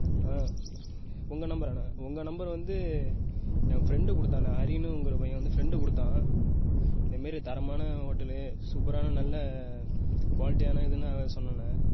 ஆ உங்கள் நம்பராண்ணே உங்கள் நம்பர் வந்து என் ஃப்ரெண்ட் கொடுத்தாண்ணே ஹரினுங்கிற பையன் வந்து ஃப்ரெண்டு கொடுத்தான் இந்தமாதிரி தரமான ஹோட்டல் சூப்பரான நல்ல குவாலிட்டியான இதுனு அவன் சொன்னாண்ணே